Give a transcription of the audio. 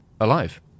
alive